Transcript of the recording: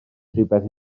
rywbeth